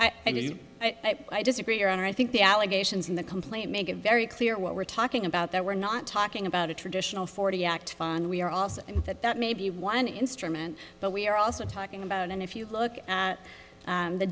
and i disagree your honor i think the allegations in the complaint make it very clear what we're talking about that we're not talking about a traditional forty act fund we're also that that may be one instrument but we're also talking about and if you look at